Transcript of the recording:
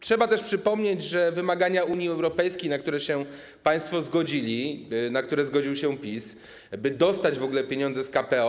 Trzeba też przypomnieć o wymaganiach Unii Europejskiej, na które się państwo zgodzili, na które zgodził PiS, by dostać w ogóle pieniądze z KPO.